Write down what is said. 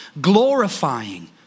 glorifying